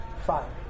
five